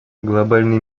глобальный